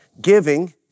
Giving